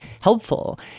helpful